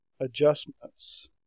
adjustments